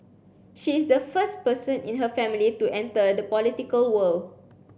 she is the first person in her family to enter the political world